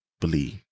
believe